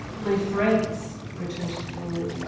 my friends, retorted ford.